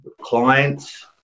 clients